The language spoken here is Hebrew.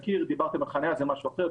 דיברתם על חנייה זה משהו אחר,